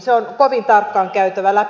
se on kovin tarkkaan käytävä läpi